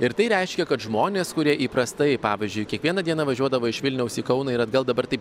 ir tai reiškia kad žmonės kurie įprastai pavyzdžiui kiekvieną dieną važiuodavo iš vilniaus į kauną ir atgal dabar taip